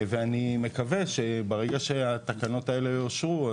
אני מקווה שהתקנות האלה יאושרו.